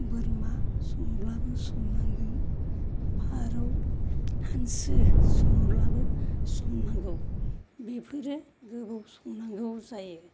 बोरमा संब्लाबो सम नांगौ फारौ हांसो सङोब्लाबो सम नांगौ बेफोरो गोबाव संनांगौ जायो